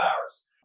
hours